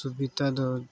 ᱥᱩᱵᱤᱫᱷᱟ ᱫᱚ